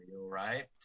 right